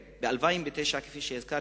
וב-2009, כפי שהזכרתי,